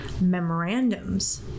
memorandums